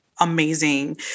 amazing